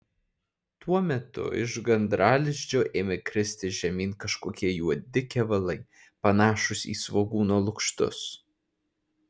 tuo metu iš gandralizdžio ėmė kristi žemyn kažkokie juodi kevalai panašūs į svogūno lukštus